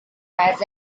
has